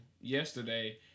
yesterday